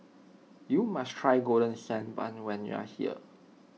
you must try Golden Sand Bun when you are here